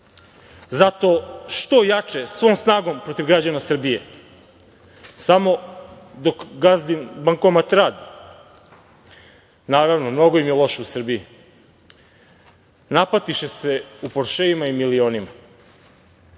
Zato što jače, svom snagom protiv građana Srbije. Samo dok gazdin bankomat radi. Naravno, mnogo im je loše u Srbiji. Napatiše se u „poršeima“ i